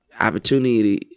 opportunity